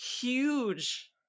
huge